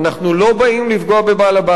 אנחנו לא באים לפגוע בבעל-הבית.